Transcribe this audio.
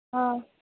ஆ